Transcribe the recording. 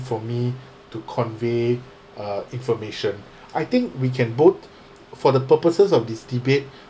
for me to convey uh information I think we can both for the purposes of this debate